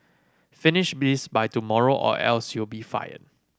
finish this by tomorrow or else you'll be fired